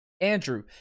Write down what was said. Andrew